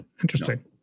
Interesting